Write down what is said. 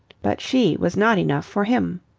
but she was not enough for him.